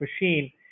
machine